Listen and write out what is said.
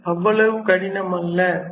இது அவ்வளவு கடினமல்ல